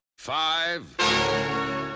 Five